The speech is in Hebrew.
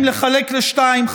120 לחלק לשניים,